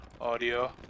Audio